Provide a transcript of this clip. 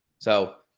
so,